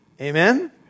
Amen